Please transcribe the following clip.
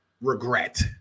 regret